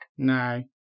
No